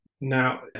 Now